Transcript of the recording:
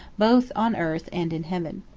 both on earth and in heaven.